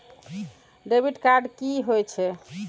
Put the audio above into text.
Debit card कि होई छै?